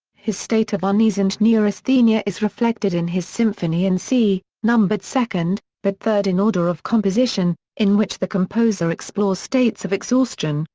his state of unease and neurasthenia is reflected in his symphony in c, numbered second, but third in order of composition, in which the composer explores states of exhaustion,